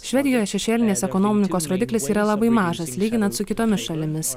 švedijoje šešėlinės ekonomikos rodiklis yra labai mažas lyginant su kitomis šalimis